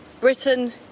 Britain